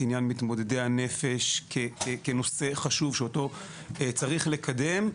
עניין מתמודדי הנפש כנושא חשוב שאותו צריך לקדם.